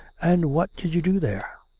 and what did you there?